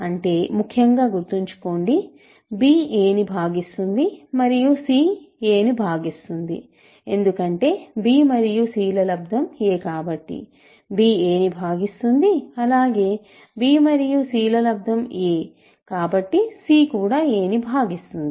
అంటే ముఖ్యంగా గుర్తుంచుకోండి b a ని భాగిస్తుంది మరియు c a ను భాగిస్తుంది ఎందుకంటే b మరియు c ల లబ్దం a కాబట్టి b a ని భాగిస్తుంది అలాగే b మరియు c ల లబ్దం a కాబట్టి c కూడా a ను భాగిస్తుంది